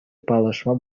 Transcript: паллашма